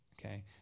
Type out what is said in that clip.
Okay